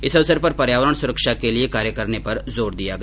इस अवसर पर पर्यावरण सुरक्षा के लिए कार्य करने पर जोर दिया गया